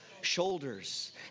Shoulders